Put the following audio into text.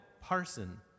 parson